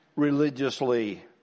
religiously